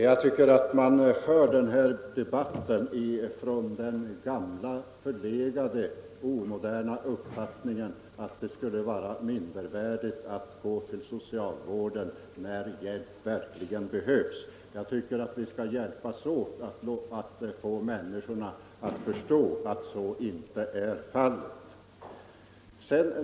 Herr talman! Man för denna debatt ifrån den gamla, förlegade, omoderna uppfattningen att det skulle vara mindervärdigt att gå till socialvården när hjälp verkligen behövs. Jag tycker vi skall hjälpas åt att få människorna att förstå att så inte är fallet.